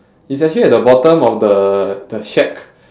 it's actually at the bottom of the the shack